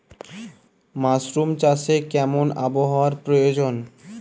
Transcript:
Mushroom চাষে কেমন আবহাওয়ার প্রয়োজন?